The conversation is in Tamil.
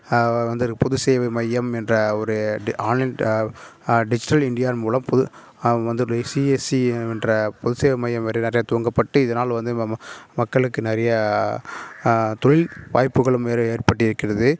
வந்து ஒரு பொது சேவை மையம் என்ற ஒரு ஆன்லைன் டிஜிட்டல் இண்டியா மூலம் புது வந்துட்டு சிஎஸ்சி என்ற பொது சேவை மையம்மாதிரி நிறையா துவங்கப்பட்டு இதனால் வந்து மக்களுக்கு நிறைய தொழில் வாய்ப்புகளும் வேற ஏற்பட்டு இருக்கிறது